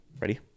Ready